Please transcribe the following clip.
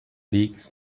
leagues